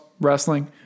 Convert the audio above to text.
wrestling